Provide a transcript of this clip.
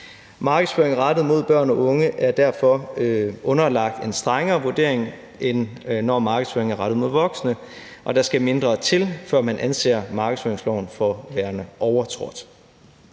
Markedsføring rettet mod børn og unge er derfor underlagt en strengere vurdering, end når markedsføringen er rettet mod voksne, og der skal mindre til, før man anser markedsføringsloven for værende overtrådt.